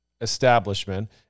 establishment